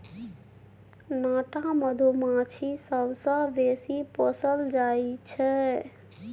नाटा मधुमाछी सबसँ बेसी पोसल जाइ छै